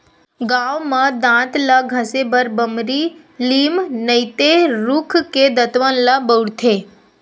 गाँव म दांत ल घसे बर बमरी, लीम नइते रूख के दतवन ल बउरथे